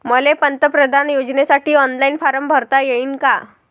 मले पंतप्रधान योजनेसाठी ऑनलाईन फारम भरता येईन का?